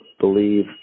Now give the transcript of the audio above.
believe